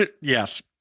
yes